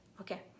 okay